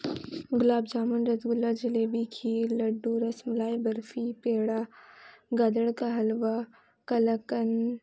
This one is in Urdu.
گلاب جامن رسگلا جلیبی کھیر لڈو رس ملائی برفی پیڑا گاجر کا حلوہ قلاقند